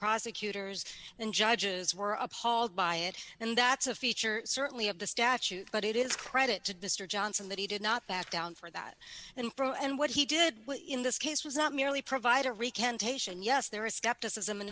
prosecutors and judges were appalled by it and that's a feature certainly of the statute but it is credit to destroy johnson that he did not back down for that info and what he did in this case was not merely provide a recantation yes there is skepticism in